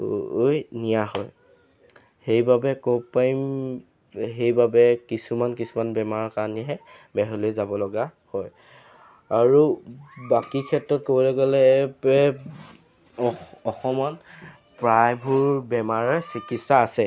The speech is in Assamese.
লৈ নিয়া হয় সেইবাবে ক'ব পাৰিম সেইবাবে কিছুমান কিছুমান বেমাৰৰ কাৰণেহে বাহিৰলৈ যাব লগা হয় আৰু বাকী ক্ষেত্ৰত ক'বলৈ গ'লে অ অসমত প্ৰায়বোৰ বেমাৰৰ চিকিৎসা আছে